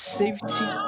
safety